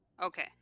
Okay